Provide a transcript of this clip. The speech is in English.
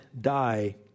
die